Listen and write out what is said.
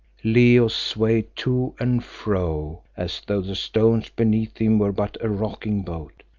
leo swayed to and fro as though the stones beneath him were but a rocking boat.